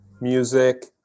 music